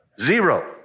Zero